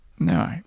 No